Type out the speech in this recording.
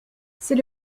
c’est